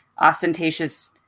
ostentatious